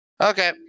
Okay